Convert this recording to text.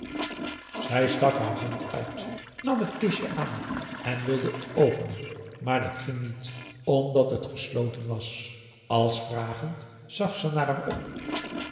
zij stak haar hand uit nam het kistje aan en wilde het openen maar dat ging niet omdat het gesloten was als vragend zag ze naar hem op